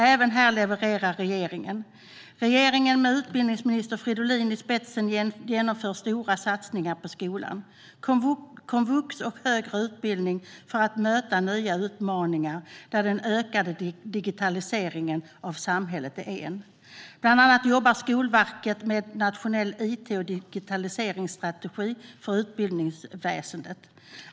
Även här levererar regeringen. Med utbildningsminister Fridolin i spetsen genomför regeringen stora satsningar på skolan, komvux och högre utbildning för att möta nya utmaningar där den ökade digitaliseringen av samhället är en. Bland annat jobbar Skolverket med en nationell it och digitaliseringsstrategi för utbildningsväsendet.